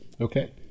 Okay